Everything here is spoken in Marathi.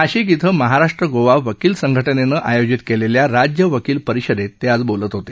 नाशिक इथं महाराष्ट्र गोवा वकील संघटनेनं आयोजित केलेल्या राज्य वकील परिषदेत ते आज बोलत होते